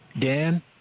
Dan